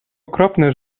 okropne